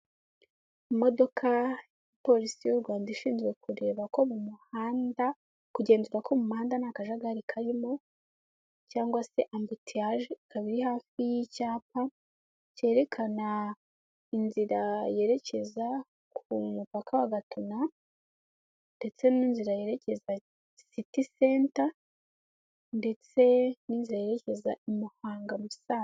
Imodoka ya Polisi y'u Rwanda ishinzwe kureba ko mu muhanda, kugenzurwa ko mu muhanda nta kajagari karimo, cyangwa se ambutiyaje, ikaba iri hafi y'icyapa cyerekana inzira yerekeza ku mupaka wa Gatuna ndetse n'inzira yerekeza Siti senta ndetse n'inzira yerekeza i Muhanga-Musanze.